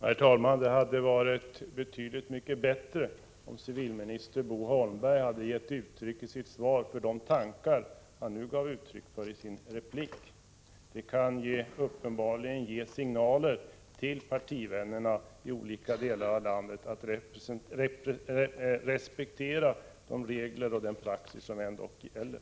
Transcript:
Herr talman! Det hade varit betydligt bättre om civilminister Bo Holmberg isitt svar hade givit uttryck för de tankar som han nu har fört fram i sin replik. Det kan uppenbarligen ge signaler till partivännerna i olika delar av landet att respektera de regler och den praxis som ändå gäller.